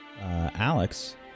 Alex